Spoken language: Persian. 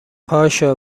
پاشو